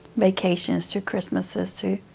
vacations, to christmases, to,